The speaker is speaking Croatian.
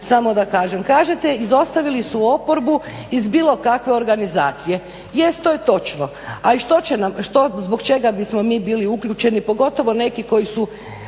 samo da kažem. Kažete izostavili su oporbu iz bilo kakve organizacije. Jest, to je točno. A i što će nam, zbog čega bismo mi bili uključeni pogotovo neki koji su